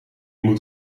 moet